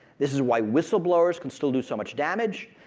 this is why whistle-blowers can still do so much damage,